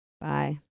Bye